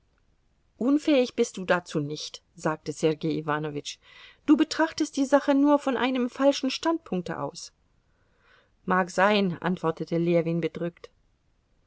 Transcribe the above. unfähig bist du dazu nicht sagte sergei iwanowitsch du betrachtest die sache nur von einem falschen standpunkte aus mag sein antwortete ljewin bedrückt